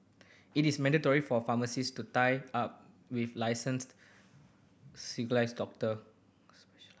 it is mandatory for pharmacies to tie up with licensed doctors